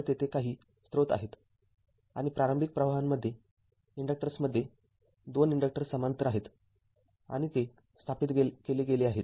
तरतेथे काही स्रोत आहेत आणि प्रारंभिक प्रवाहांमध्ये इंडक्टर्समध्ये २ इंडक्टर्स समांतर आहेत आणि ते स्थापित केले गेले आहेत